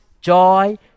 joy